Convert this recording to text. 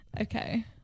Okay